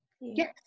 Yes